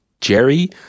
Jerry